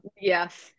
Yes